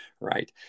right